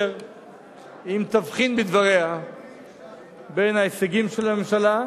אם תבחין בדבריה בין ההישגים של הממשלה,